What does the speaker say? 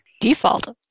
Default